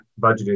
budgeted